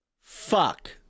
Fuck